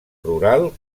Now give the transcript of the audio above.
rural